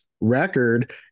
record